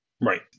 Right